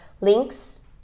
links